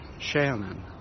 Shannon